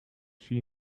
she